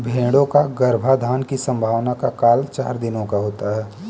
भेंड़ों का गर्भाधान की संभावना का काल चार दिनों का होता है